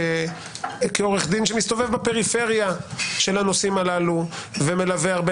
מעורך דין שמסתובב בפריפריה של הנושאים הללו ומלווה הרבה